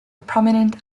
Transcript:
prominent